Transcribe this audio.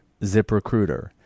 ZipRecruiter